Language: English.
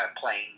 playing